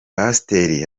pasiteri